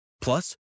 Plus